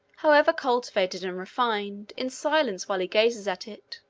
however cultivated and refined, in silence while he gazes at it.